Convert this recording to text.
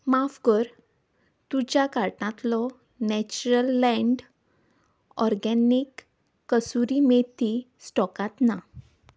माफ कर तुज्या कार्टांतलो नॅचरल लँड ऑर्गेनीक कसुरी मेथी स्टॉकांत ना